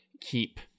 keep